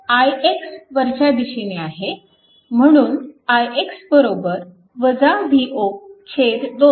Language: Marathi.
ix वरच्या दिशेने आहे म्हणून ix V0 2